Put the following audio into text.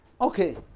Okay